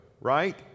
right